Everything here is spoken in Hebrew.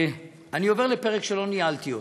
אני עובר לפרק שלא ניהלתי,